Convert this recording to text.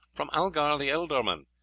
from algar the ealdorman.